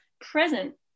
present